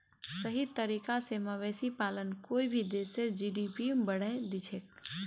सही तरीका स मवेशी पालन कोई भी देशेर जी.डी.पी बढ़ैं दिछेक